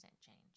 change